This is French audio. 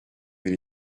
veux